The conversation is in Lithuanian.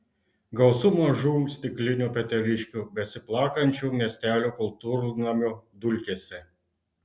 gausu mažų stiklinių peteliškių besiplakančių miestelio kultūrnamio dulkėse